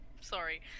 Sorry